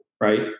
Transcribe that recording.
right